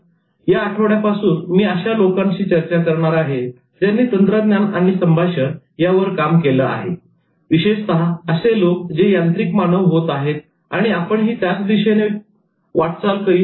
खरंतर या आठवड्यापासून मी अशा लोकांशी चर्चा करणार आहे ज्यांनी 'तंत्रज्ञान आणि संभाषण' यावर काम केले आहे विशेषतः असे लोक जे यांत्रिक मानव होत आहेत आणि आपणही त्याच दिशेने वाटचाल करीत आहोत